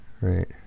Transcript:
right